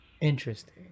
Interesting